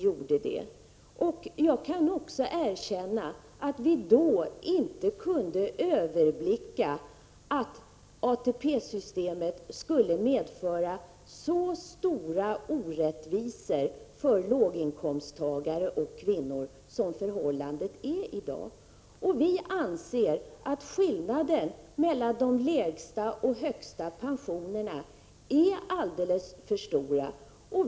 Jag kan erkänna att vi då inte kunde överblicka att ATP-systemet skulle medföra så stora orättvisor för låginkomsttagare och kvinnor som det är i dag. Vi anser att skillnaderna mellan de lägsta och de högsta pensionerna är alldeles för stora.